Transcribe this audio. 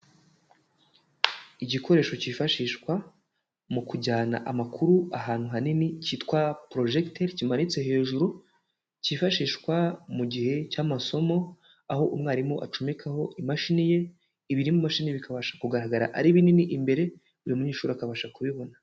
Igikoresho cyifashishwa mu kujyana amakuru ahantu hanini kitwa porojecteri kimanitse hejuru. Kifashishwa mu gihe cy'amasomo aho umwarimu acomekaho imashini ye, ibiri mu mashini bikabasha kugaragara ari binini imbere, buri munyeshuri akabasha kubibona.